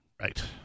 Right